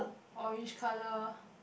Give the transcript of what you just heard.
orange colour